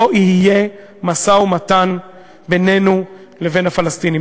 לא יהיה משא-ומתן בינינו לבין הפלסטינים.